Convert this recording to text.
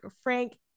Frank